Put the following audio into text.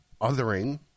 othering